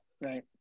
Right